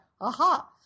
aha